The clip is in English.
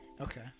Okay